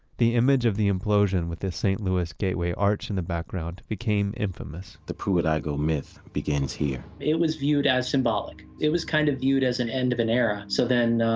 the image of the implosion, with the st. louis gateway arch in the background, became infamous the pruitt-igoe myth begins here. it was viewed as symbolic. it was kind of viewed as the end of an era. so then,